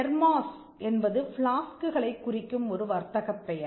thermos என்பது ஃப்ளாஸ்குகளைக் குறிக்கும் ஒரு வர்த்தகப் பெயர்